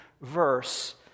verse